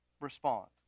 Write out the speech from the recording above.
respond